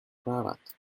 cravat